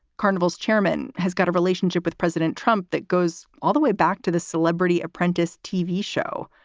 carnival's chairman has got a relationship with president trump that goes all the way back to the celebrity apprentice tv show.